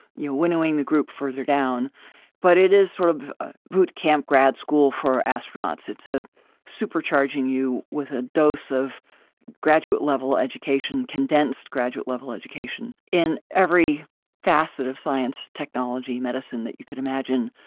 you know, winnowing the group further down but it is sort of boot camp grad school for astronauts. it's a supercharging you with a dose of graduate level education, condensed graduate level education in every facet of science, technology medicine that you could imagine,